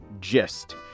GIST